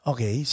Okay